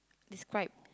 describe